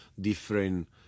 different